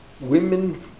women